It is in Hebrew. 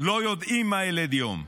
לא יודעים מה ילד יום,